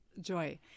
joy